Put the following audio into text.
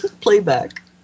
playback